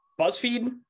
Buzzfeed